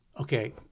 okay